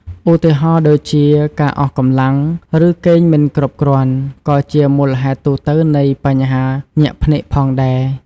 ឧទាហរណ៍ដូចជា ការអស់កម្លាំង ឬគេងមិនគ្រប់គ្រាន់ ក៏ជាមូលហេតុទូទៅនៃបញ្ហាញាក់ភ្នែកផងដែរ។